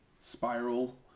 spiral